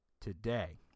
today